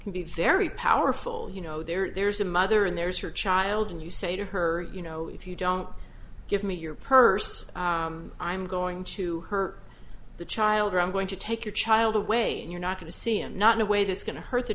can be very powerful you know there's a mother and there's your child and you say to her you know if you don't give me your purse i'm going to hurt the child or i'm going to take your child away you're not going to see i'm not in a way that's going to hurt the